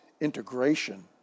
integration